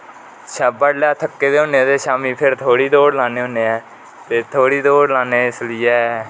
बडले थक्के दै होने ते शामी फिर थोडी दौड़ लाने होने हा थोडी दौड लाने इसलेई